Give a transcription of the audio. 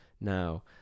Now